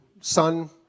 son